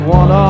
one